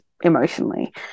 emotionally